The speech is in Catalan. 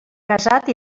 casat